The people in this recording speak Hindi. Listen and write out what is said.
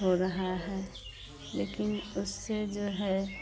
हो रहा है लेकिन उससे जो है